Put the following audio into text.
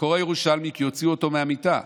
בקור הירושלמי, כי הוציאו אותו מהמיטה,